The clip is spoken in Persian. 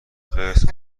خرس